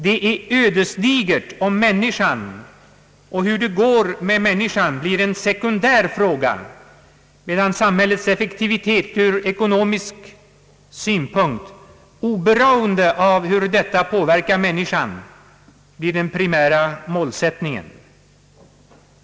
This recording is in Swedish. Det är ödesdigert, om frågan hur det går med människan blir en sekundär fråga, medan samhällets effektivitet ur ekonomisk synpunkt, oberoende av hur detta påverkar människan, blir den primära målsättningen.